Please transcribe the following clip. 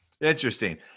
Interesting